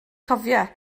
cofia